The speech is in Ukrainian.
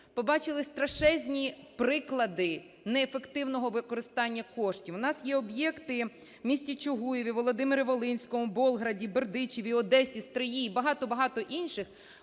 побачили страшезні приклади неефективного використання коштів. У нас є об'єкти в місті Чугуєві, у Володимирі-Волинському, Болграді, Бердичеві, Одесі, Стриї і багато-багато інших,